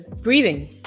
Breathing